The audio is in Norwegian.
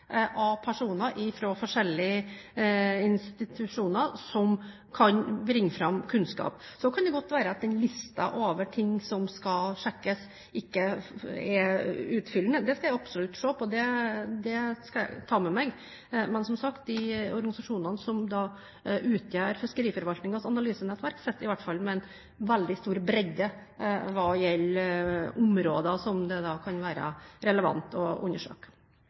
kan bringe fram kunnskap. Så kan det godt være at listen over ting som skal sjekkes, ikke er utfyllende. Det skal jeg absolutt se på. Det skal jeg ta med meg. Men som sagt: Organisasjonene som utgjør Fiskeriforvaltningens analysenettverk, sitter i alle fall med en veldig stor bredde hva gjelder områder som det da kan være relevant å undersøke.